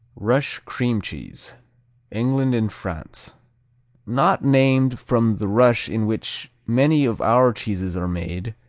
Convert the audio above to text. rush cream cheese england and france not named from the rush in which many of our cheeses are made,